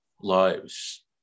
lives